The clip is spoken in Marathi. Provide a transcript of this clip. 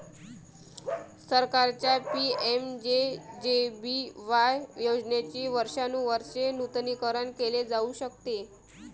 सरकारच्या पि.एम.जे.जे.बी.वाय योजनेचे वर्षानुवर्षे नूतनीकरण केले जाऊ शकते